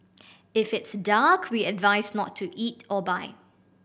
if it's dark we advise not to eat or buy